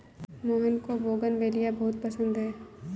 मोहन को बोगनवेलिया बहुत पसंद है